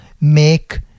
make